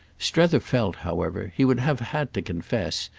strether felt, however, he would have had to confess,